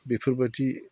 बेफोरबादि